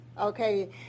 Okay